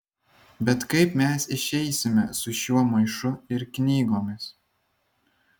bet kaip mes išeisime su šiuo maišu ir knygomis